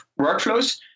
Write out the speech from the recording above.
workflows